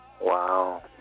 Wow